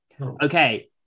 Okay